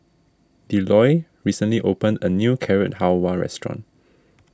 Delois recently opened a new Carrot Halwa restaurant